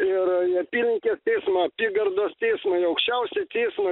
ir į apylinkės teismą apygardos teismą į aukščiausią teismą